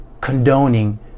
condoning